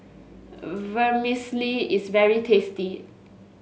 vermicelli is very tasty